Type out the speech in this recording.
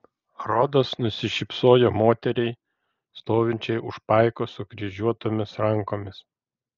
rodas nusišypsojo moteriai stovinčiai už paiko sukryžiuotomis rankomis